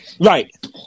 Right